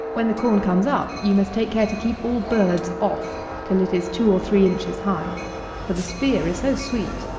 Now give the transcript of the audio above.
when the corn comes up, you must take care to keep all birds off till it is two or three inches high for the spear is so sweet,